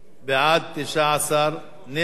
סעיפים 1 4 נתקבלו.